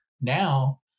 Now